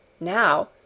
Now